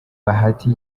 bahati